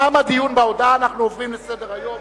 תם הדיון בהודעה, אנחנו עוברים לסדר-היום.